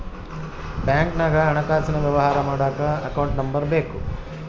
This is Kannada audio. ಬ್ಯಾಂಕ್ನಾಗ ಹಣಕಾಸಿನ ವ್ಯವಹಾರ ಮಾಡಕ ಅಕೌಂಟ್ ನಂಬರ್ ಬೇಕು